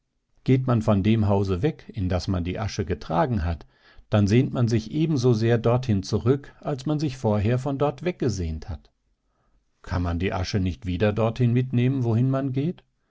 geht man von dem hause weg in das man die asche getragen hat dann sehnt man sich ebensosehr dorthin zurück als man sich früher von dort weggesehnt hat kann man die asche nicht wieder dorthin mitnehmen wohin man geht